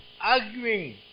arguing